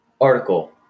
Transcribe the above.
article